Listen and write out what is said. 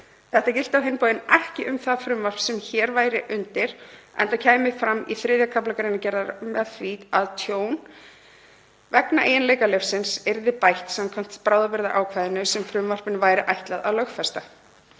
Þetta gilti á hinn bóginn ekki um það frumvarp sem hér væri undir, enda kæmi fram í 3. kafla greinargerðar með því að tjón vegna eiginleika lyfsins yrði bætt samkvæmt bráðabirgðaákvæðinu sem frumvarpinu væri ætlað að lögfesta.